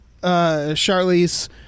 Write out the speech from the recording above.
Charlize